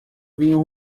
vinho